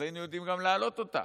אז היינו יודעים גם להעלות אותה.